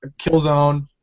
Killzone